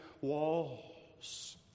walls